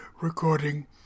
recording